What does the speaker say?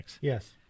Yes